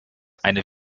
eine